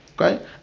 Okay